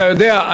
אתה יודע,